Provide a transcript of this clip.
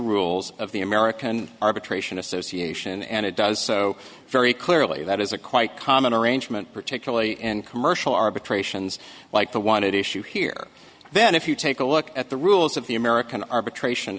rules of the american arbitration association and it does so very clearly that is a quite common arrangement particularly in commercial arbitrations like the wanted issue here then if you take a look at the rules of the american arbitration